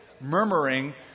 murmuring